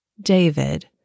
David